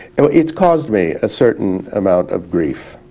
it's caused me a certain amount of grief,